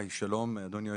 שלום אדוני היושב-ראש.